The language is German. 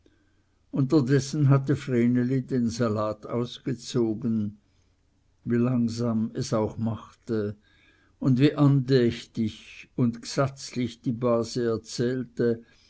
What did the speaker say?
unterdessen hatte vreneli den salat ausgezogen wie langsam es auch machte und wie andächtig und gsatzlich die base erzählte